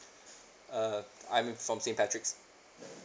uh I'm from saint patricks